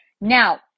Now